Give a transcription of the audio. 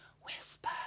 whisper